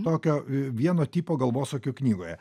tokio vieno tipo galvosūkių knygoje